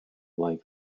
like